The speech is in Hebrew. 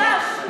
אַרְבַּעַתַאש.